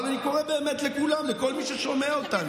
אני קורא באמת לכולם, לכל מי ששומע אותנו.